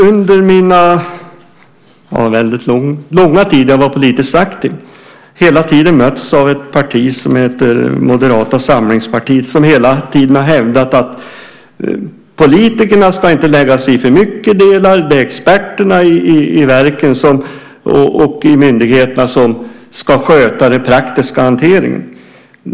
Under den långa tid som jag varit politiskt aktiv har jag hela tiden mötts av ett parti, Moderata samlingspartiet, som alltid hävdat att politikerna inte ska lägga sig i för mycket. Det är experterna vid verken och myndigheterna som ska sköta den praktiska hanteringen.